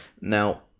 now